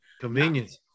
convenience